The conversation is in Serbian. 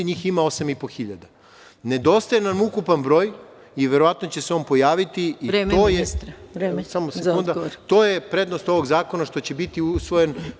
Njih ima 8.500, nedostaje nam ukupan broj i verovatno će se on pojaviti i to je prednost ovog zakona što će biti usvojen.